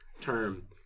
term